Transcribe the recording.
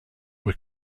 were